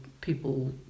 people